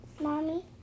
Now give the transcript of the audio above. Mommy